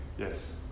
Yes